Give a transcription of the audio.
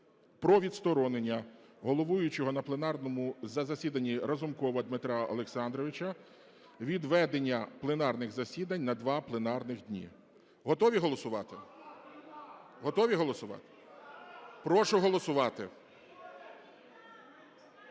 про відсторонення головуючого на пленарному засіданні Разумкова Дмитра Олександровича від ведення пленарних засідань на два пленарних дні. Готові голосувати? Готові голосувати? Прошу голосувати.